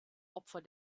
opfer